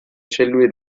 cellule